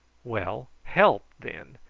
well, help! then.